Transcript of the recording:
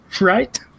right